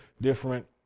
different